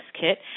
Kit